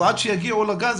עד שיגיעו לגן,